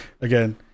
again